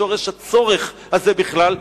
לשורש הצורך הזה בכלל,